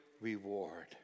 reward